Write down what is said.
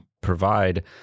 provide